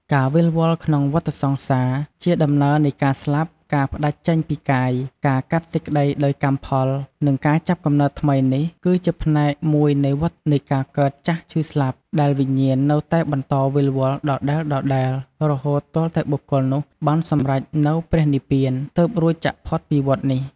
ការវិលវល់ក្នុងវដ្ដសង្សារ ជាដំណើរនៃការស្លាប់ ការផ្ដាច់ចេញពីកាយ ការកាត់សេចក្ដីដោយកម្មផល និងការចាប់កំណើតថ្មីនេះ គឺជាផ្នែកមួយនៃវដ្ដនៃការកើតចាស់ឈឺស្លាប់ ដែលវិញ្ញាណនៅតែបន្តវិលវល់ដដែលៗ រហូតទាល់តែបុគ្គលនោះបានសម្រេចនូវព្រះនិព្វាន ទើបរួចចាកផុតពីវដ្ដនេះ។